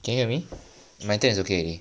can you hear me my dad is okay already